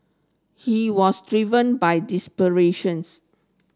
he was driven by desperations